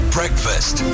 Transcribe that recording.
Breakfast